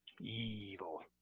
Evil